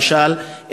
למשל,